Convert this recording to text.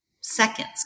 seconds